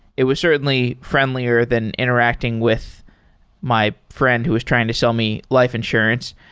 it was certainly friendlier than interacting with my friend who was trying to sell me life insurance.